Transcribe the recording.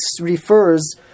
refers